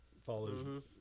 follows